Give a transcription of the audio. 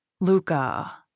Luca